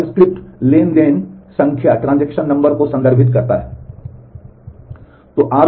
तो r1 r के लिए r read के लिए है 1 ट्रांज़ैक्शन 1 के लिए है